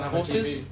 Horses